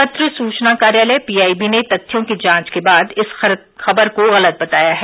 पत्र सूचना कार्यालय पीआईबी ने तथ्यों की जांच के बाद इस खबर को गलत बताया है